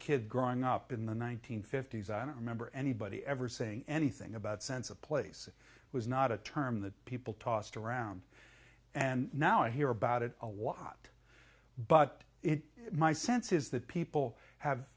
kid growing up in the one nine hundred fifty s i don't remember anybody ever saying anything about sense of place was not a term that people tossed around and now i hear about it a lot but it my sense is that people have